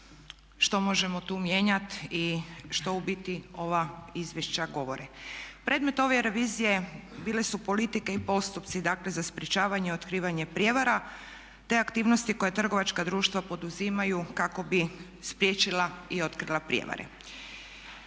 što možemo tu mijenjati i što u biti ova izvješća govore. Predmet ove revizije, bile su politike i postupci dakle za sprječavanje i otkrivanje prijevara te aktivnosti koje trgovačka društva poduzimaju kako bi spriječila i otkrila prijevare.